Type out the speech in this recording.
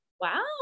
Wow